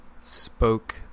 spoke